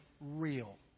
real